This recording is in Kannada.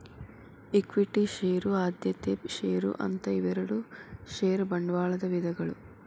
ಇಕ್ವಿಟಿ ಷೇರು ಆದ್ಯತೆಯ ಷೇರು ಅಂತ ಇವೆರಡು ಷೇರ ಬಂಡವಾಳದ ವಿಧಗಳು